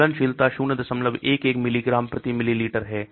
घुलनशीलता 011 मिलीग्राम प्रति मिलीलीटर है